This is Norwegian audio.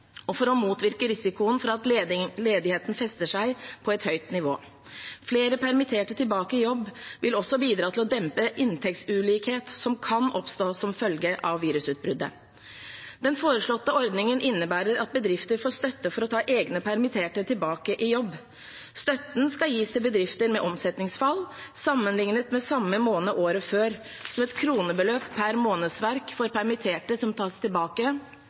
for å motvirke risikoen for at ledigheten fester seg på et høyt nivå. Flere permitterte tilbake i jobb vil også bidra til å dempe inntektsulikhet som kan oppstå som følge av virusutbruddet. Den foreslåtte ordningen innebærer at bedrifter får støtte for å ta egne permitterte tilbake i jobb. Støtten skal gis til bedrifter med omsetningsfall, sammenlignet med samme måned året før, som et kronebeløp per månedsverk for permitterte som tas tilbake